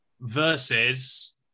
versus